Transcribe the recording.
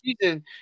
season